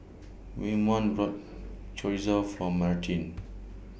Waymon bought Chorizo For Martine